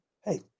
hey